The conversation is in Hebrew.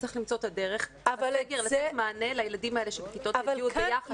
שצריך למצוא את הדרך בסגר לתת מענה לילדים האלה שבכיתות ה' י' ביחד,